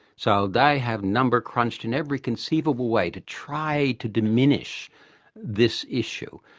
so i have number-crunched in every conceivable way to try to diminish this issue.